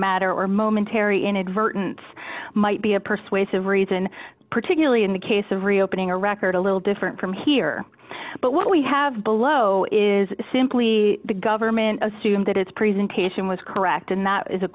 matter or momentary inadvertent might be a persuasive reason particularly in the case of reopening a record a little different from here but what we have below is simply the government assume that its presentation was correct and that is a